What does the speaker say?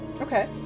Okay